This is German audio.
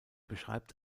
beschreibt